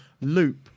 loop